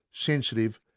sensitive,